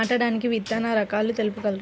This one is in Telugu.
నాటడానికి విత్తన రకాలు తెలుపగలరు?